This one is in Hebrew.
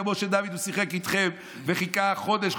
כמו שדוד שיחק איתכם וחיכה חודש,